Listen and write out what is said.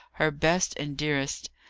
her best and dearest!